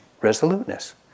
resoluteness